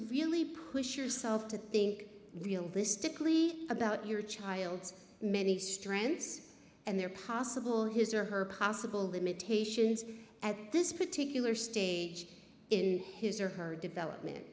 really push yourself to think realistically about your child's many strengths and their possible his or her possible limitations at this particular stage in his or her development